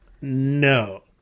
No